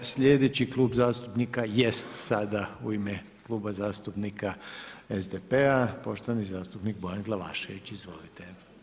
Sljedeći Klub zastupnika jest sada u ime Kluba zastupnika SDP-a, poštovani zastupnik Bojan Glavašević, izvolite.